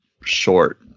short